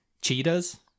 Cheetahs